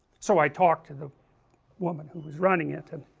so i talked to the women who was running it and